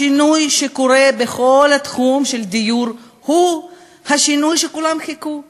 השינוי שקורה בכל תחום הדיור הוא השינוי שכולם חיכו לו.